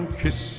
kiss